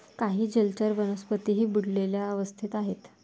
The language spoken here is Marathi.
काही जलचर वनस्पतीही बुडलेल्या अवस्थेत आहेत